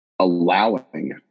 allowing